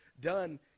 done